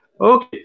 Okay